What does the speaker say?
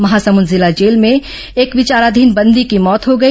महासमुंद जिला जेल में एक विचाराधीन बंदी की मौत हो गई